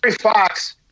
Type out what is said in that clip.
Fox